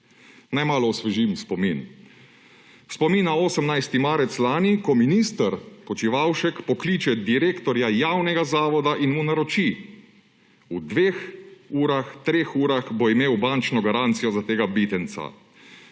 Naj malo osvežim spomin. Spomin na 18. marec lani, ko minister Počivalšek pokliče direktorja javnega zavoda in mu naroči, v dveh urah, treh urah bo imel bančno garancijo za tega Bitenca.